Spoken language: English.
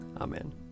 amen